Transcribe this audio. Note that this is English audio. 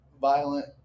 violent